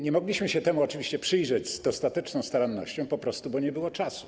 Nie mogliśmy się temu oczywiście przyjrzeć z dostateczną starannością, bo nie było czasu.